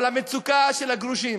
אבל המצוקה של הגרושים,